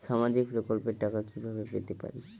সামাজিক প্রকল্পের টাকা কিভাবে পেতে পারি?